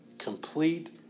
Complete